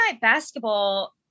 Basketball